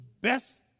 best